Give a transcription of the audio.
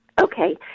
Okay